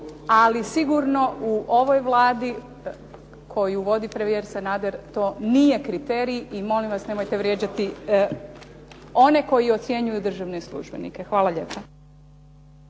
ali sigurno u ovoj Vladi koju vodi premijer Sanader to nije kriterij i molim vas nemojte vrijeđati one koji ocjenjuju državne službenike. Hvala lijepa.